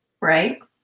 Right